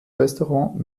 restaurant